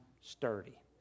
sturdy